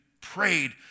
prayed